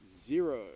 zero